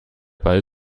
ball